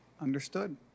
Understood